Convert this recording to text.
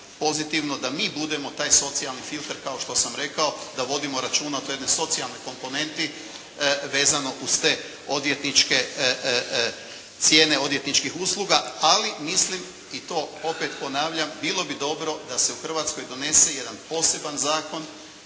pozitivno da mi budemo taj socijalni filter kao što sam rekao, da vodimo računa o toj jednoj socijalnoj komponenti vezano uz te odvjetničke cijene, cijene odvjetničkih usluga. Ali mislim i to opet ponavljam bilo bi dobro da se u Hrvatskoj donese jedan poseban zakon